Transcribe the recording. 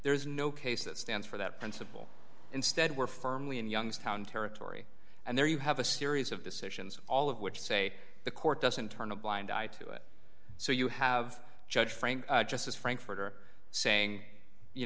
there is no case that stands for that principle instead we're firmly in youngstown territory and there you have a series of decisions all of which say the court doesn't turn a blind eye to it so you have judge frank just as frankfurter saying you